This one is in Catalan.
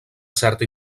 certa